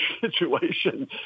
situation